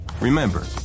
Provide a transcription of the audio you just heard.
Remember